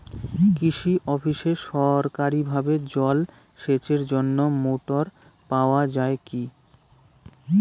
কৃষি অফিসে সরকারিভাবে জল সেচের জন্য মোটর পাওয়া যায় কি?